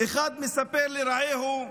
אחד מספר לרעהו: